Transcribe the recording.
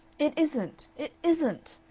it isn't. it isn't.